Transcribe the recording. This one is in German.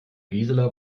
gisela